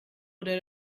oder